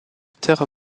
terre